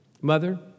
mother